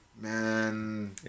Man